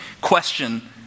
question